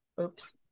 Oops